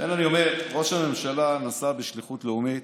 אני אומר, ראש הממשלה נסע בשליחות לאומית,